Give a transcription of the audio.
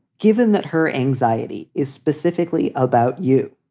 given that her anxiety is specifically about you,